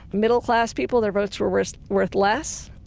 middle class people their votes were worth worth less.